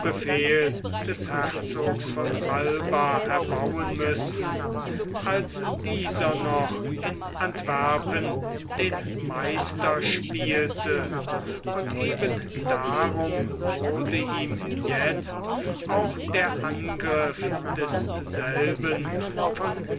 des herzogs von alba erbauen müssen als dieser noch in antwerpen den meister spielte und eben darum wurde ihm jetzt auch der angriff desselben von